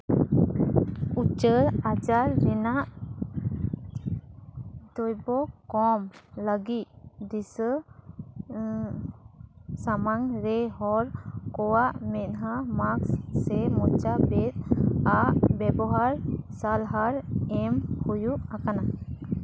ᱩᱪᱟᱹᱲ ᱟᱡᱟᱨ ᱨᱮᱱᱟᱜ ᱫᱟᱹᱵᱽ ᱠᱚᱢ ᱞᱟᱹᱜᱤᱫ ᱫᱤᱥᱩᱣᱟᱹ ᱥᱟᱢᱟᱝ ᱨᱮ ᱦᱚᱲ ᱠᱚᱣᱟᱜ ᱢᱮᱫᱦᱟ ᱢᱟᱥᱠ ᱥᱮ ᱢᱚᱪᱟ ᱵᱮᱫ ᱟᱜ ᱵᱮᱵᱚᱦᱟᱨ ᱥᱟᱞᱦᱟ ᱮᱢ ᱦᱩᱭᱩᱜ ᱟᱠᱟᱱᱟ